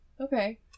Okay